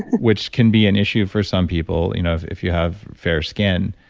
which can be an issue for some people you know if if you have fair skin.